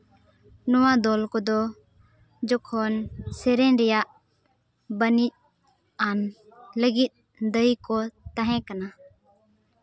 ᱱᱚᱣᱟ ᱫᱚᱞ ᱠᱚᱫᱚ ᱡᱚᱠᱷᱚᱱ ᱥᱮᱨᱮᱧ ᱨᱮᱭᱟᱜ ᱵᱟᱹᱱᱤᱡ ᱟᱱ ᱞᱟᱹᱜᱤᱫ ᱫᱟᱹᱭᱤ ᱠᱚ ᱛᱟᱦᱮᱸ ᱠᱟᱱᱟ